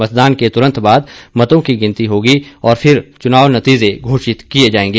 मतदान के तुरंत बाद मतों की गिनती होगी और फिर चुनाव नतीजे घोषित कर दिए जाएंगे